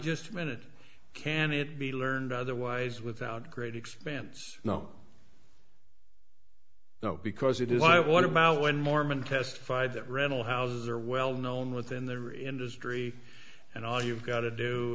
just a minute can it be learned otherwise without great expense no no because it is what i want to buy when mormon testified that rental houses are well known within their industry and all you've got to do